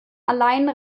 allein